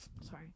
Sorry